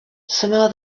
somehow